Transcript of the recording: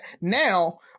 now